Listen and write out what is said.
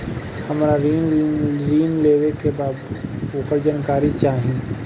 हमरा ऋण लेवे के बा वोकर जानकारी चाही